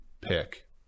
pick